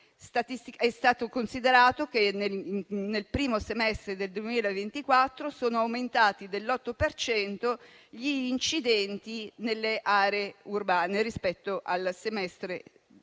È stato considerato che, nel primo semestre del 2024, sono aumentati dell'8 per cento gli incidenti nelle aree urbane rispetto al semestre